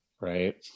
right